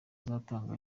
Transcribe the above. azatanga